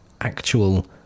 actual